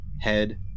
head